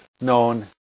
known